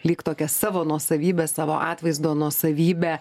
lyg tokią savo nuosavybę savo atvaizdo nuosavybę